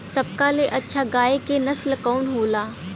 सबका ले अच्छा गाय के नस्ल कवन होखेला?